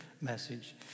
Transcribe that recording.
message